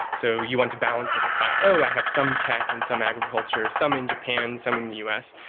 so you want to balance it across, oh! i have some tech and some agriculture, some in japan, some in the u s.